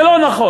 זה לא נכון.